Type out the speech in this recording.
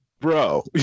bro